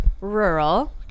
rural